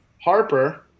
Harper